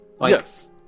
yes